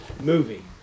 movie